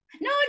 no